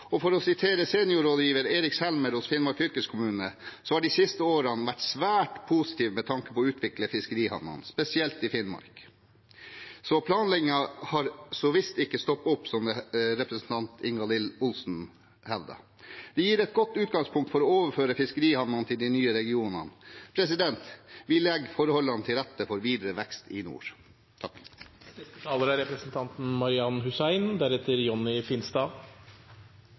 i Honningsvåg, og ifølge seniorrådgiver Eirik Selmer hos Finnmark fylkeskommune har de siste årene vært svært positive med tanke på å utvikle fiskerihavnene, spesielt i Finnmark. Så planleggingen har så visst ikke stoppet opp, slik representanten Ingalill Olsen hevdet. Det gir et godt utgangspunkt for å overføre fiskerihavnene til de nye regionene. Vi legger forholdene til rette for videre vekst i nord. Mishandling og vold i nære relasjoner er